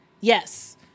Yes